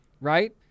right